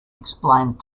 explained